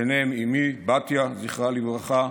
וביניהם אימי בתיה, זכרה לברכה,